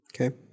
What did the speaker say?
Okay